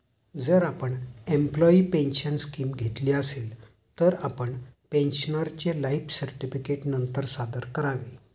जर आपण employee pension scheme घेतली असेल, तर आपण पेन्शनरचे लाइफ सर्टिफिकेट नंतर सादर करावे